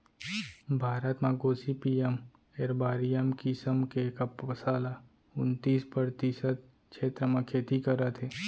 भारत म gossypium arboreum किसम के कपसा ल उन्तीस परतिसत छेत्र म खेती करत हें